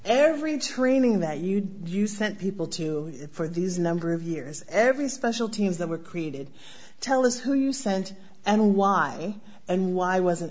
every training that you do you sent people to for these number of years every special teams that were created tell us who you sent and why and why wasn't